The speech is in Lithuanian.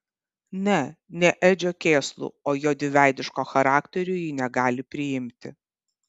ne ne edžio kėslų o jo dviveidiško charakterio ji negali priimti